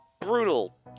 brutal